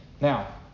Now